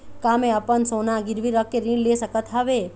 का मैं अपन सोना गिरवी रख के ऋण ले सकत हावे?